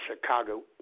Chicago